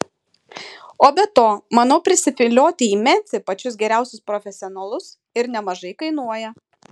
o be to manau prisivilioti į memfį pačius geriausius profesionalus ir nemažai kainuoja